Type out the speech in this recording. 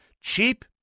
Cheap